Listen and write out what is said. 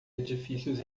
edifícios